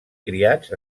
criats